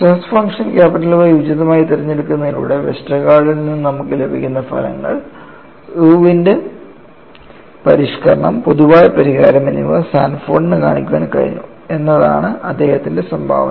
stress function Y ഉചിതമായി തിരഞ്ഞെടുക്കുന്നതിലൂടെ വെസ്റ്റർഗാർഡിൽ നിന്നും നമ്മൾക്ക് ലഭിക്കുന്ന ഫലങ്ങൾ ഇർവിന്റെ പരിഷ്ക്കരണം പൊതുവായ പരിഹാരം എന്നിവ സാൻഫോർഡിന് കാണിക്കാൻ കഴിഞ്ഞു എന്നതാണ് അദ്ദേഹത്തിൻറെ സംഭാവന